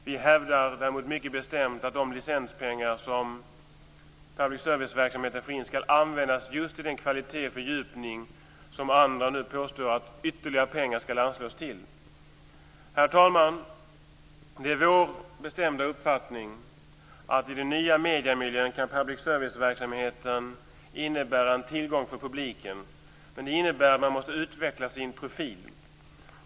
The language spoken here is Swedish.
Vi hävdar mycket bestämt att de licenspengar som public service-verksamheten får in skall användas just till den kvalitet och fördjupning som andra nu vill anslå ytterligare pengar till. Herr talman! Det är vår bestämda uppfattning att public service-verksamheten i den nya mediemiljön kan vara en tillgång för publiken. Men det innebär att man måste utveckla sin profil.